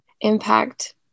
impact